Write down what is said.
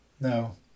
No